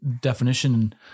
definition